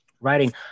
writing